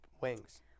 wings